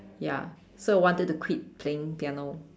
ya so I wanted to quit playing piano